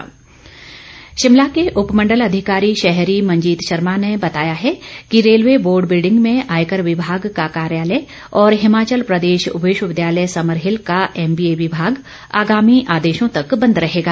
कार्यालय सील शिमला के उपमण्डलाधिकारी शहरी मंजीत शर्मा ने बताया है कि रेलवे बोर्ड बिल्डिंग में आयकर विभाग का कार्यालय और हिमाचल प्रदेश विश्वविद्यालय समरहिल का एमबीए विभाग आगामी आदेशों तक बंद रहेगा